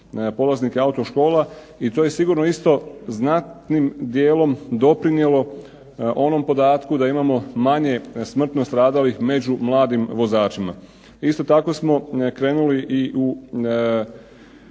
polaznike autoškola, i to je sigurno isto znatnim dijelom doprinijelo onom podatku da imamo manje smrtno stradalih među mladim vozačima. Isto tako smo krenuli i u